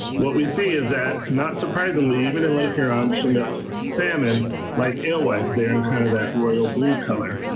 what we see is that not surprisingly, even in lake huron, chinook salmon like alewife, there in kind of that royal blue color.